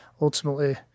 ultimately